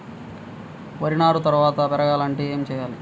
వరి నారు త్వరగా పెరగాలంటే ఏమి చెయ్యాలి?